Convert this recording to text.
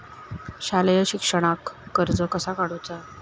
शालेय शिक्षणाक कर्ज कसा काढूचा?